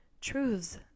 truths